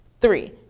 three